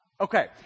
Okay